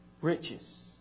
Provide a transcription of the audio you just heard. riches